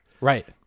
Right